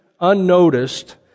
unnoticed